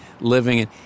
living